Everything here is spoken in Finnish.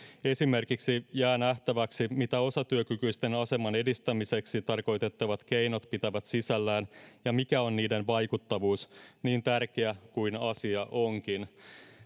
esimerkiksi jää nähtäväksi mitä osatyökykyisten aseman edistämiseksi tarkoitettavat keinot pitävät sisällään ja mikä on niiden vaikuttavuus niin tärkeä kuin asia onkin